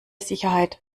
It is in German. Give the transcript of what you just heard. sicherheit